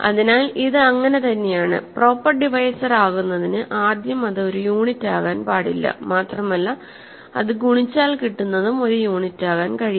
അതിനാൽ ഇത് അങ്ങനെ തന്നെയാണ് പ്രോപ്പർ ഡിവൈസർ ആകുന്നതിന് ആദ്യം അത് ഒരു യൂണിറ്റാകാൻ പാടില്ല മാത്രമല്ല അത് ഗുണിച്ചാൽ കിട്ടുന്നതും ഒരു യൂണിറ്റാകാൻ കഴിയില്ല